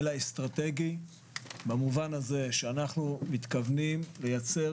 אסטרטגי במובן הזה שאנחנו מתכוונים לייצר